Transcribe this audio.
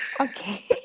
Okay